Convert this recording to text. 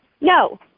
No